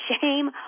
Shame